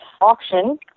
auction